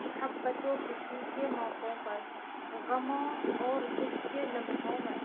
محبت و خوشی کے موقعوں پر غموں اور دکھ کے لمحوں میں